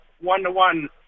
one-to-one